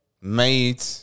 made